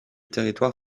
territoire